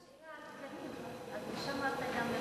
יש לך שאלה על תקנים, אז משם אתה גם יכול.